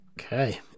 Okay